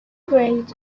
grades